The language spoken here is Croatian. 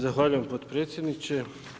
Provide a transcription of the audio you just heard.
Zahvaljujem potpredsjedniče.